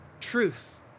truth